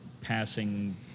passing